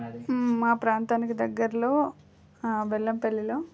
మా ప్రాంతానికి దగ్గరలో బెల్లంపల్లిలో